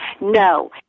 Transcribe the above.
No